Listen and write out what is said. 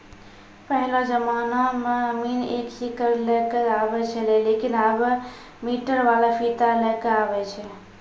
पहेलो जमाना मॅ अमीन एक सीकड़ लै क आबै छेलै लेकिन आबॅ मीटर वाला फीता लै कॅ आबै छै